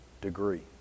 degree